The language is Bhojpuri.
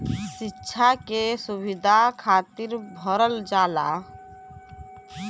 सिक्षा के सुविधा खातिर भरल जाला